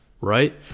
right